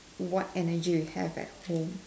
what energy we have at home